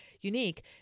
unique